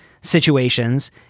situations